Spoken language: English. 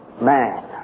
Man